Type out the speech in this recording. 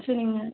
சரிங்க